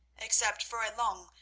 except for a long,